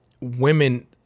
women